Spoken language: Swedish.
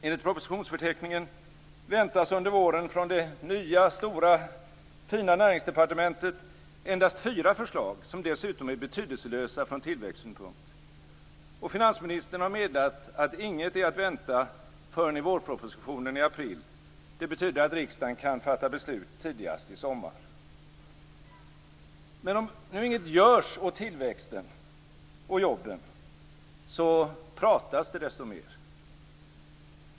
Enligt propositionsförteckningen väntas under våren från det nya, stora, fina Näringsdepartementet endast fyra förslag, som dessutom är betydelselösa från tillväxtsynpunkt. Och finansministern har meddelat att inget är att vänta förrän i vårpropositionen i april. Det betyder att riksdagen kan fatta beslut tidigast i sommar. Men om nu inget görs åt tillväxten och jobben, så pratas det desto mer.